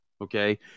Okay